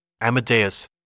Amadeus